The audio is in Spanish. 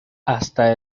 hasta